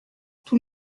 tous